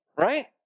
Right